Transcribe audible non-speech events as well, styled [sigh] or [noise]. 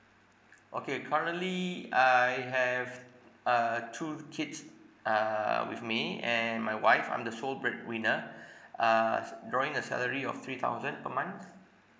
[noise] okay currently I have uh two kids err with me and my wife I'm the sole breadwinner [breath] uh s~ drawing a salary of three thousand per month